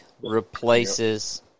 replaces